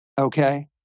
Okay